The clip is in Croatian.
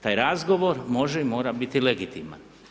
Taj razgovor može i mora biti legitiman.